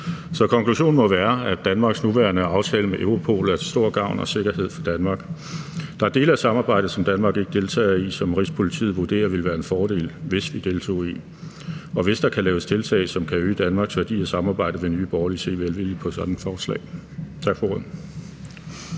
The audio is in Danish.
så konklusionen må være, at Danmarks nuværende aftale med Europol er til stor gavn og sikkerhed for Danmark. Der er dele af samarbejdet, som Danmark ikke deltager i, og som Rigspolitiet vurderer det ville være en fordel hvis vi deltog i. Hvis der kan laves tiltag, som kan øge Danmarks værdi af samarbejdet, vil Nye Borgerlige se velvilligt på sådan et forslag. Tak for ordet.